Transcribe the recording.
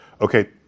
Okay